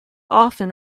often